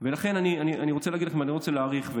אני לא רוצה להאריך.